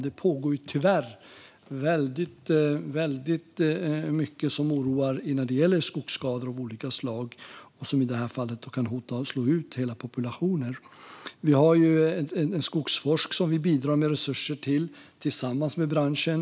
Det pågår ju tyvärr väldigt mycket som oroar när det gäller skogsskador av olika slag och som i det här fallet hotar att slå ut hela populationer. Vi har Skogforsk som vi bidrar med resurser till tillsammans med branschen.